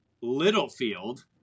Littlefield